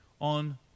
on